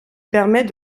permet